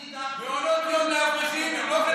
אני דאגתי, מעונות יום לאברכים, הם לא חלק מישראל?